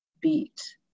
beat